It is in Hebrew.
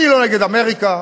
אני לא נגד אמריקה,